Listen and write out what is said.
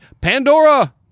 Pandora